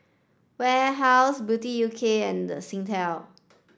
Warehouse Beauty U K and Singtel